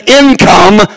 income